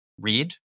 read